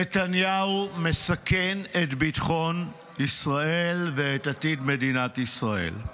נתניהו מסכן את ביטחון ישראל ואת עתיד מדינת ישראל.